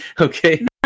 Okay